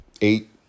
eight